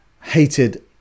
hated